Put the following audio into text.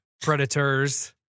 Predators